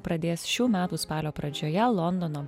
pradės šių metų spalio pradžioje londono